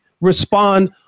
respond